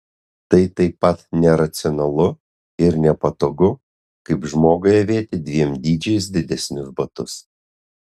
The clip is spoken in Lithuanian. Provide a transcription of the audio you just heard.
tai taip pat neracionalu ir nepatogu kaip žmogui avėti dviem dydžiais didesnius batus